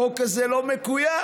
החוק הזה לא מקוים.